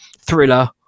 Thriller